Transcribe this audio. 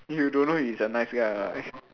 you don't know he's a nice guy or not